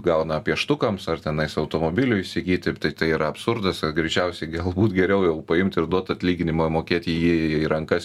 gauna pieštukams ar tenais automobiliui įsigyt ir tai tai yra absurdas greičiausiai galbūt geriau jau paimt ir duot atlyginimą mokėti į rankas